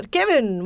Kevin